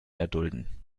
erdulden